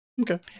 Okay